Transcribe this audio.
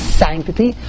sanctity